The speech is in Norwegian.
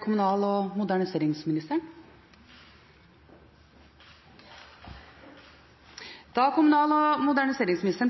kommunal- og moderniseringsministeren,